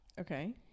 okay